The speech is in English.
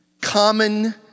Common